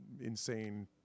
insane